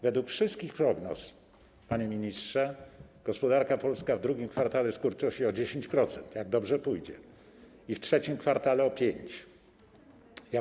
Według wszystkich prognoz, panie ministrze, gospodarka polska w II kwartale skurczy się o 10%, jak dobrze pójdzie, i w III kwartale - o 5%.